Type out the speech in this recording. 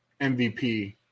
MVP